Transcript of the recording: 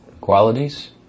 qualities